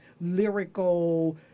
lyrical